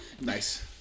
Nice